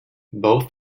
both